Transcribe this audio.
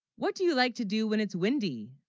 what do you like to do when it's windy?